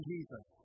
Jesus